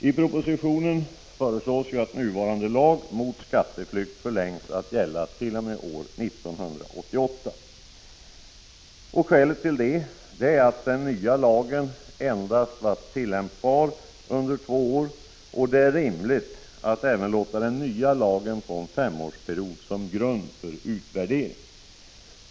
I propositionen föreslås att nuvarande lag mot skatteflykt förlängs till att gälla t.o.m. år 1988. Skälet till det är att den nya lagen endast varit tillämpbar under två år och att det är rimligt att även låta den nya lagen få en femårsperiod som grund för utvärdering.